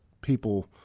people